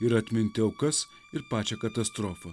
ir atminti aukas ir pačią katastrofą